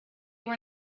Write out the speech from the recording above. were